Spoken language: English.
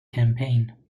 campaign